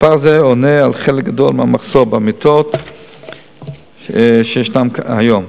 מספר זה עונה על חלק גדול מהמחסור במיטות שישנו היום.